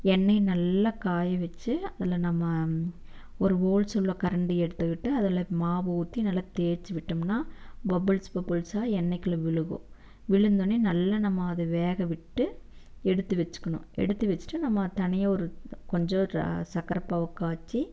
எண்ணெயை நல்லா காயவச்சு அதில் நம்ம ஒரு ஓல்ஸ் உள்ள கரண்டி எடுத்துக்கிட்டு அதில் மாவு ஊற்றி நல்லா தேய்ச்சி விட்டோம்னா பப்புல்ஸ் பப்புல்ஸாக எண்ணெய்குள்ள விழுகும் விழுந்தோனே நல்லா நம்ம அதை வேகவிட்டு எடுத்து வெச்சுக்கிணும் எடுத்து வெச்சுட்டு நம்ம தனியாக ஒரு கொஞ்சம் சக்கரப்பாகு காய்ச்சி